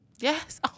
Yes